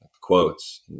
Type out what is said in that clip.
quotes